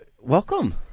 welcome